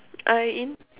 I